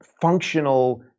functional